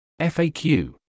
FAQ